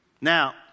Now